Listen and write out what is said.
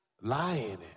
lying